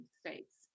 states